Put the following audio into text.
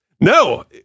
No